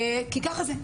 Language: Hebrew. כי ככה זה.